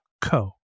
co